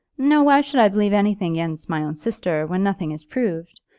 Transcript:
no why should i believe anything against my own sister when nothing is proved.